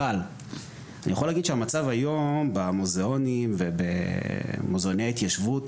אבל אני יכול להגיד שהמצב היום במוזיאונים ובמוזיאוני ההתיישבות